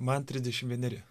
man trisdešim vieneri